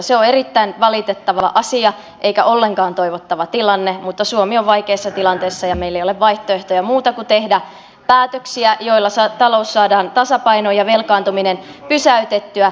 se on erittäin valitettava asia eikä ollenkaan toivottava tilanne mutta suomi on vaikeassa tilanteessa ja meillä ei ole muuta vaihtoehtoa kuin tehdä päätöksiä joilla talous saadaan tasapainoon ja velkaantuminen pysäytettyä